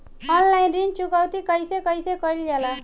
Online ऋण चुकौती कइसे कइसे कइल जाला?